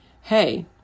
hey